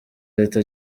leta